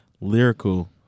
lyrical